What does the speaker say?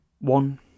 One